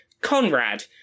Conrad